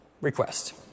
request